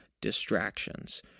distractions